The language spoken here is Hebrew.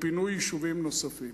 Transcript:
לפינוי יישובים נוספים.